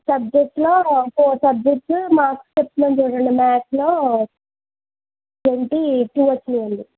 సబ్జెక్ట్లో four subjects marks చెప్తున్నాను చూడండి మ్యాథ్స్లో ట్వంటీ టూ వచ్చాయి అండి